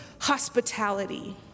hospitality